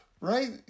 right